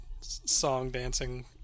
song-dancing